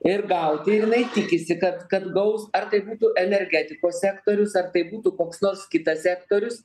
ir gauti ir jinai tikisi kad kad gaus ar tai būtų energetikos sektorius ar tai būtų koks nors kitas sektorius